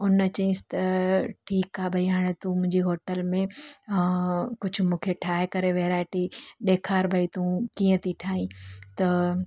हुन चयांइसि त ठीकु आहे भई हाणे तूं मुंहिंजी होटल में कुझु मूंखे ठाहे करे वैराइटी ॾेखारि भई तूं कीअं थी ठाहीं त